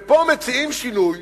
ופה מציעים שינוי